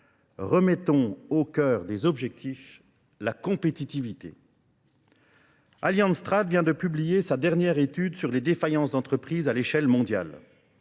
Remettons au cœur des objectifs la compétitivité. Allianz Strade vient de publier sa dernière étude sur les défaillances d'entreprises à l'échelle mondiale.